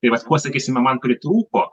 tai vat ko sakysime man pritrūko